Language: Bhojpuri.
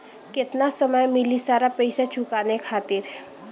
केतना समय मिली सारा पेईसा चुकाने खातिर?